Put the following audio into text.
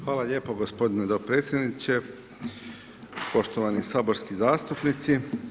Hvala lijepo gospodine dopredsjedniče, poštovani saborski zastupnici.